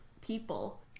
people